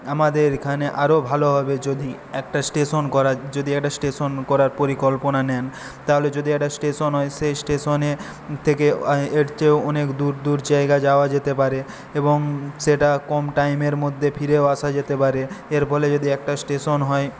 আমাদের এখানে আরও ভালো হবে যদি একটা স্টেশন করার যদি একটা স্টেশন করার পরিকল্পনা নেন তাহলে যদি একটা স্টেশন হয় সেই স্টেশনে থেকে এর চেয়েও অনেক দূর দূর জায়গা যাওয়া যেতে পারে এবং সেটা কম টাইমের মধ্যে ফিরেও আসা যেতে পারে এর ফলে যদি একটা স্টেশন হয়